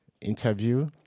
interview